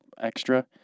extra